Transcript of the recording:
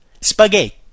Spaghetti